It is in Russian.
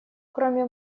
кроме